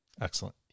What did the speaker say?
Excellent